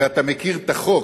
ואתה מכיר את החוק,